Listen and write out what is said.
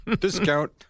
Discount